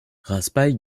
raspail